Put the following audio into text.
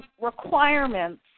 requirements